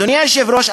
אדוני היושב-ראש,